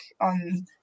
on